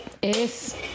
es